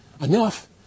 enough